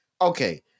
Okay